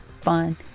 fun